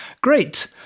Great